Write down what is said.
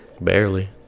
barely